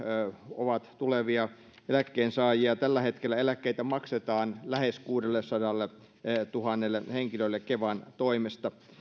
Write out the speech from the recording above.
ovat tulevia eläkkeensaajia tällä hetkellä eläkkeitä maksetaan lähes kuudellesadalletuhannelle henkilölle kevan toimesta